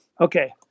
Okay